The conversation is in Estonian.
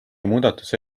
muudatuse